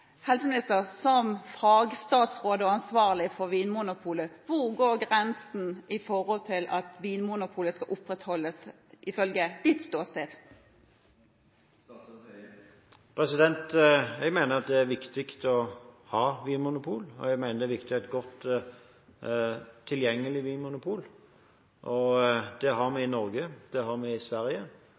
Helseminister, som fagstatsråd og ansvarlig for Vinmonopolet: Hvor går grensen for å opprettholde Vinmonopolet, sett fra ditt ståsted? Jeg mener det er viktig å ha et vinmonopol, og jeg mener det er viktig å ha et godt tilgjengelig vinmonopol. Det har vi i Norge. Det har vi i Sverige.